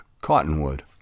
Cottonwood